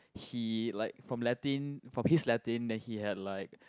he like from Latin for peace Latin then he had like